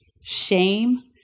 shame